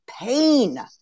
pain